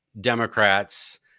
democrats